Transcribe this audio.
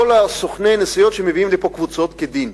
סוכני הנסיעות שמביאים לפה קבוצות כדין,